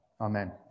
Amen